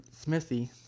Smithy